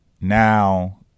Now